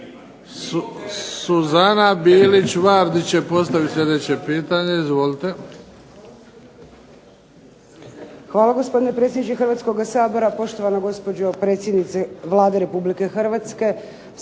Hvala gospodine predsjedniče Hrvatskoga sabora. Poštovana gospođo predsjednice Vlada Republike Hrvatske